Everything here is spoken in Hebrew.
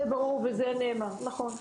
זה ברור וזה נאמר, נכון.